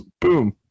Boom